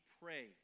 pray